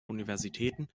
universitäten